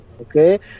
Okay